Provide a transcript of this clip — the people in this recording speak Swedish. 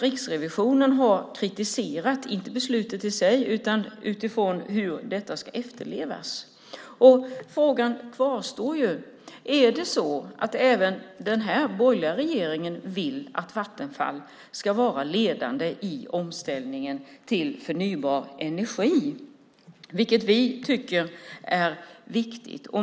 Riksrevisionen har inte kritiserat beslutet i sig, utan gett kritik utifrån hur detta ska efterlevas. Frågan kvarstår. Är det så att även denna borgerliga regering vill att Vattenfall ska vara ledande i omställningen till förnybar energi, vilket vi tycker är viktigt?